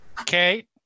Okay